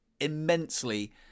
immensely